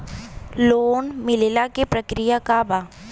Loan मिलेला के प्रक्रिया का बा?